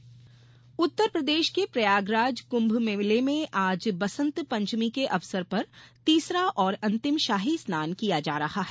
कुम्भ शाही स्नान उत्तर प्रदेश के प्रयागराज कुम्भ मेले में आज बसंत पंचमी के अवसर पर तीसरा और अंतिम शाही स्नान किया जा रहा है